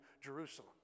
Jerusalem